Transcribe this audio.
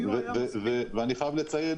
אני חייב לציין,